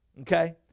okay